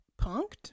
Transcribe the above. Punked